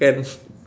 kan